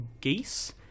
geese